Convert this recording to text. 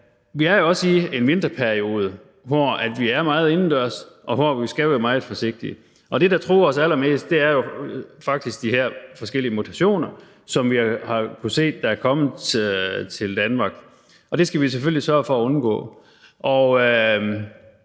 vi er jo også i en vinterperiode, hvor vi er meget indendørs, og hvor vi skal være meget forsigtige, og det, der truer os allermest, er jo faktisk de her forskellige mutationer, som vi har kunnet se er kommet til Danmark. Det skal vi selvfølgelig sørge for at undgå, og